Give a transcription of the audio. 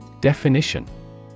Definition